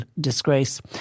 disgrace